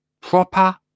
proper